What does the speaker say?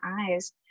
eyes